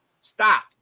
Stop